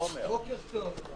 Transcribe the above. בוקר טוב.